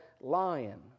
lion